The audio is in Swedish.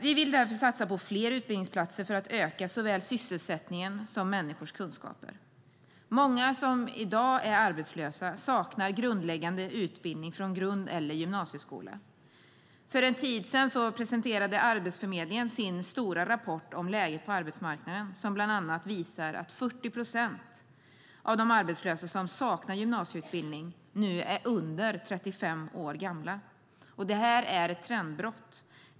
Vi vill därför satsa på fler utbildningsplatser för att öka såväl sysselsättningen som människors kunskaper. Många som i dag är arbetslösa saknar grundläggande utbildning från grund eller gymnasieskola. För en tid sedan presenterade Arbetsförmedlingen sin stora rapport om läget på arbetsmarknaden som bland annat visar att 40 procent av de arbetslösa som saknar gymnasieutbildning nu är under 35 år. Det här är ett trendbrott.